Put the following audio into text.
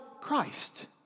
Christ